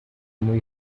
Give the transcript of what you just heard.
muy